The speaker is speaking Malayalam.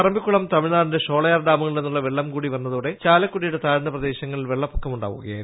പറമ്പിക്കുളം തമിഴ്നാടിന്റെ ഷോളയാർ ഡാമുകളിൽ നിന്നുള്ള വെള്ളം കൂടി വന്നതോടെ ചാലക്കുടിയുടെ താഴ്ന്ന പ്രദേശങ്ങളിൽ വെള്ളപ്പൊക്കമുണ്ടാവുകയായിരുന്നു